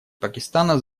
пакистана